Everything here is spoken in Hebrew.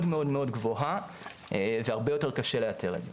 מאוד גבוהה והרבה יותר קשה לאתר את זה.